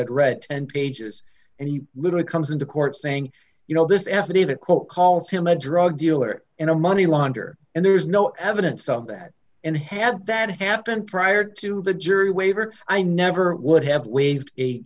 had read ten pages and he literally comes into court saying you know this affidavit quote calls him a drug dealer in a money launderer and there's no evidence of that and had that happened prior to the jury waiver i never would have waived a